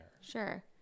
Sure